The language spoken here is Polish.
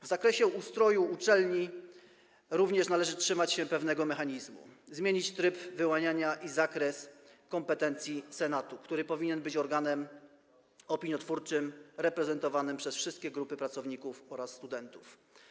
W zakresie ustroju uczelni również należy trzymać się pewnego mechanizmu - zmienić tryb wyłaniania i zakres kompetencji senatu, który powinien być organem opiniotwórczym, reprezentowanym przez wszystkie grupy pracowników oraz studentów.